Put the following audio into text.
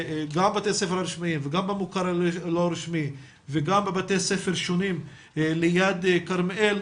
גם בתי הספר הרשמיים וגם במוכר הלא רשמי וגם בבתי ספר שונים ליד כרמיאל,